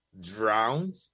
drowned